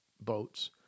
boats